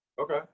okay